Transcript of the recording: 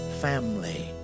family